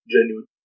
Genuine